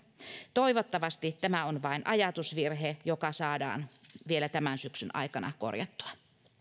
toivottavasti tämä on vain ajatusvirhe joka saadaan vielä tämän syksyn aikana korjattua